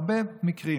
בהרבה מקרים,